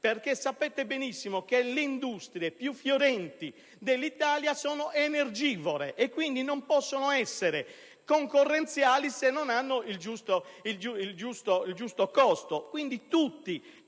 Sapete benissimo che le industrie più fiorenti dell'Italia sono energivore, quindi non possono essere concorrenziali se non hanno il giusto costo. Pertanto, tutti,